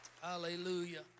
Hallelujah